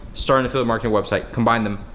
start an affiliate marketing website, combine them,